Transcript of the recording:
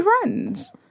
friends